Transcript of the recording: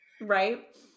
Right